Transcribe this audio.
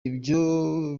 ibyo